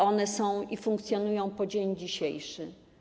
One funkcjonują po dzień dzisiejszy.